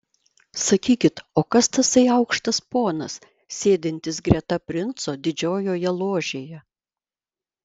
sakykit o kas tasai aukštas ponas sėdintis greta princo didžiojoje ložėje